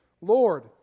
Lord